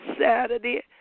Saturday